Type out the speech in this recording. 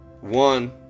One